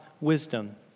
wisdom